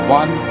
one